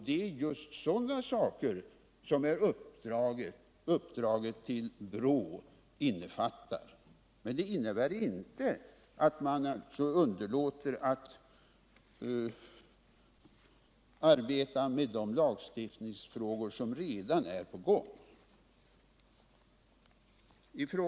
Det är just sådana saker som uppdraget till BRÅ innefattar. Men detta innebär inte att man underlåter att arbeta med de lagstiftningsfrågor som redan är på gång.